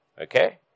Okay